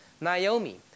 Naomi